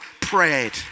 prayed